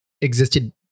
existed